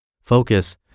Focus